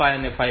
5 અને 5